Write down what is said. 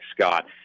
Scott